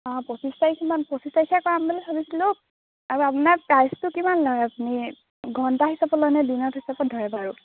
অঁ পঁচিছ তাৰিখমান পঁচিছ তাৰিখ মানে কৰাম বুলি ভাবিছিলোঁ আৰু আপোনাৰ প্ৰাইছটো কিমান লয় আপুনি ঘণ্টা হিচাপত লয় নে দিনত হিচাপত ধৰে বাৰু